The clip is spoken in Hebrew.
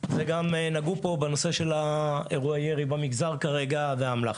נגעו פה בנושא של אירועי ירי במגזר והאמל"ח.